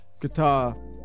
guitar